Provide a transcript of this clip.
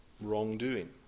wrongdoing